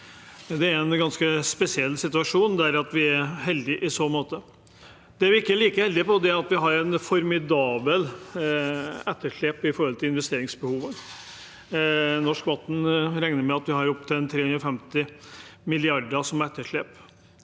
Det er en ganske spesiell situasjon, og vi er heldige i så måte. Det vi ikke er like heldige med, er at vi har et formidabelt etterslep med hensyn til investeringsbehovene. Norsk Vann regner med at vi har opptil 350 mrd. kr i etterslep.